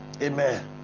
Amen